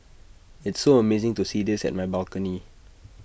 it's so amazing to see this at my balcony